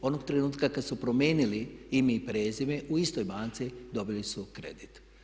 Onog trenutka kad su promijenili ime i prezime u istoj banci dobili su kredit.